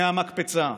מהמקפצה.